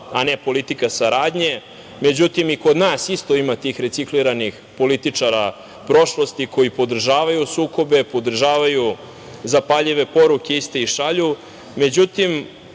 a ne politika saradnje.Međutim i kod nas isto ima tih recikliranih političara prošlosti koji podržavaju sukobe, podržavaju zapaljive poruke, iste ih šalju. Međutim,